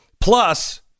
Plus